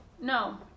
No